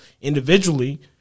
individually